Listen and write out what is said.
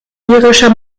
irischer